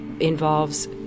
involves